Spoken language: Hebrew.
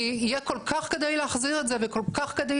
כי יהיה כל כך כדאי להחזיר את זה וכל כך כדאי